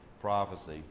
prophecy